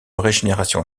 régénération